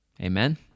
Amen